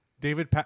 David